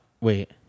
wait